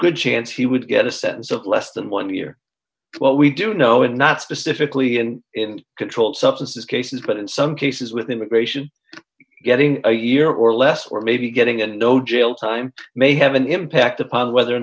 good chance he would get a sense of less than one year well we do know and not specifically and controlled substances cases but in some cases with immigration getting a year or less or maybe getting a no jail time may have an impact upon whether or